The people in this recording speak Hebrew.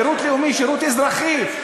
שירות לאומי, שירות אזרחי.